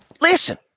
listen